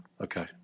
Okay